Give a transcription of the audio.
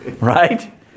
Right